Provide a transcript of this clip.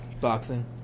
Boxing